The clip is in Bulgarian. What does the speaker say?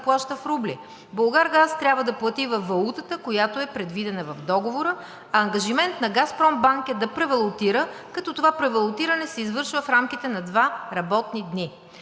плаща в рубли – „Булгаргаз“ трябва да плати във валутата, която е предвидена в договора, а ангажимент на „Газпромбанк“ е да превалутира, като това превалутиране се извършва в рамките на два работни дни.